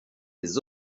les